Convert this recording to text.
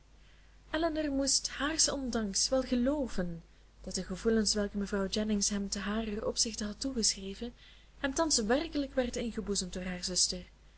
elinor moest haars ondanks wel gelooven dat de gevoelens welke mevrouw jennings hem te haren opzichte had toegeschreven hem thans werkelijk werden ingeboezemd door hare zuster